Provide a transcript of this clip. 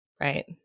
Right